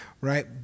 Right